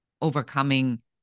overcoming